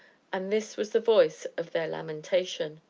and this was the voice of their lamentation.